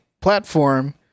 platform